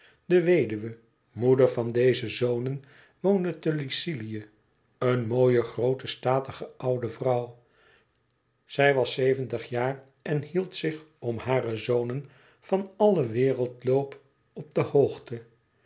de weduwe moeder van deze zonen woonde te lycilië een mooie groote statige oude vrouw zij was zeventig jaar en hield zich om hare zonen van allen wereldloop op de hoogte